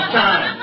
time